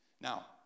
Now